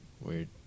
weird